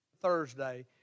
Thursday